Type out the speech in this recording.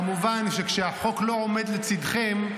כמובן שכשהחוק לא עומד לצידכם,